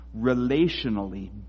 relationally